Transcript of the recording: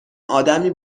آدمی